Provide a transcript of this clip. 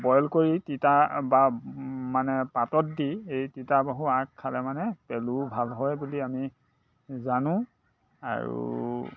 boil কৰি তিতা বা মানে পাতত দি এই তিতা বাহু আগ খালে মানে পেলুও ভাল হয় বুলি আমি জানোঁ আৰু